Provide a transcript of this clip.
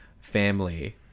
family